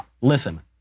listen